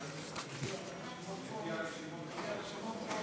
לפי הרשימות פה אני עכשיו.